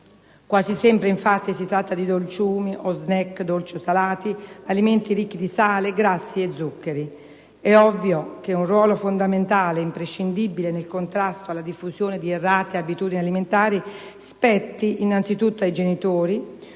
Quasi sempre infatti si tratta di dolciumi o *snack* dolci o salati, alimenti ricchi di sale, grassi e zuccheri; un ruolo fondamentale e imprescindibile nel contrasto alla diffusione di errate abitudini alimentari spetta anzitutto ai genitori,